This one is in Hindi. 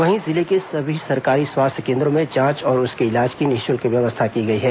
वहीं जिले के सभी सरकारी स्वास्थ्य केंद्रों में जांच और उसके इलाज की निःशुल्क व्यवस्था की गई है